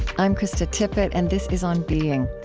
i'm krista tippett, and this is on being.